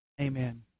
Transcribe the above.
Amen